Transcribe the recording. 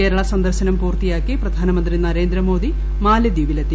കേരള സന്ദർശനം പൂർത്തിയാക്കി പ്രധാനമന്ത്രി നരേന്ദ്രമോദി മാലിദ്വീപിലെത്തി